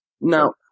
No